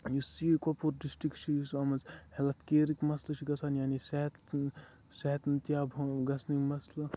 یُس یہِ کۄپوور ڈِسٹِرٛک چھِ یُس اَتھ منٛز ہٮ۪لٕتھ کِیَرٕکۍ مسلہٕ چھِ گژھان یعنی صحت صحتیاب ہُہ گژھںٕکۍ مسلہٕ